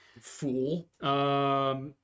fool